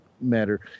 matter